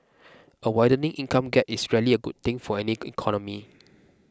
a widening income gap is rarely a good thing for any economy